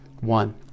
one